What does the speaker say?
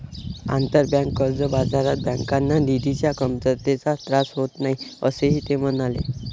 आंतरबँक कर्ज बाजारात बँकांना निधीच्या कमतरतेचा त्रास होत नाही, असेही ते म्हणाले